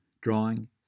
drawing